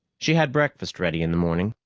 she had breakfast ready in the morning.